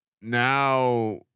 Now